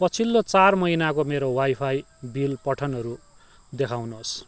पछिल्लो चार महिनाको मेरो वाइफाई बिल पठनहरू देखाउनुहोस्